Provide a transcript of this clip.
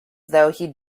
though